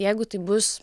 jeigu tai bus